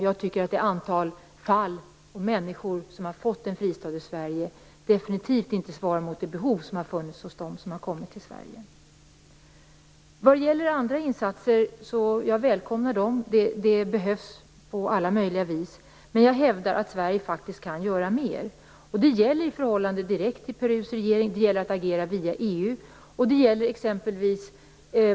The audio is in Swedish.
Jag tycker att det antal människor som har fått en fristad i Sverige definitivt inte svarar mot det behov som har funnits hos dem som har kommit till Sverige. Vad gäller andra insatser välkomnar jag dem. Det behövs på alla möjliga vis. Men jag hävdar att Sverige faktiskt kan göra mer. Det gäller i förhållande direkt till Perus regering, och det gäller möjligheten att agera via EU.